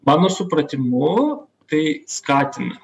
mano supratimu tai skatina